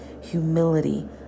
humility